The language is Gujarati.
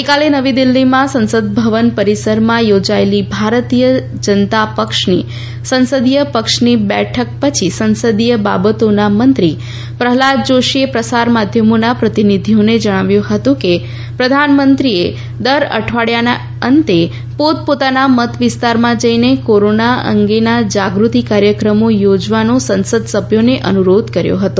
ગઇકાલે નવી દિલ્હીમાં સંસદભવન પરીસરમાં થોજાયેલી ભારતીય જનતા પક્ષની સંસદીય પક્ષની બેઠક પછી સંસદીય બાબતોના મંત્રી પ્રહલાદ જોષીએ પ્રસાર માધ્યમોના પ્રતિનિધિઓને જણાવ્યું હતું કે પ્રધાનમંત્રીએ દર અઠવાડીયાના અંતે પોત પોતાના મત વિસ્તારમાં જઇને કોરોના અંગેના જાગૃતિ કાર્યક્રમો યોજવાનો સંસદ સભ્યોને અનુરોધ કર્યો ફતો